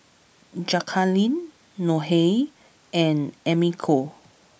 Jacalyn Nohely and Americo